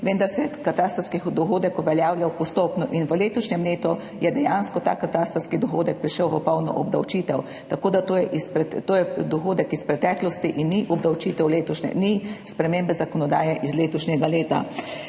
vendar se je katastrski dohodek uveljavljal postopno in v letošnjem letu je dejansko ta katastrski dohodek prišel v polno obdavčitev. Tako da je to dohodek iz preteklosti in ne izhaja iz spremembe zakonodaje iz letošnjega leta.